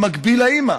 במקביל לאימא,